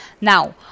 Now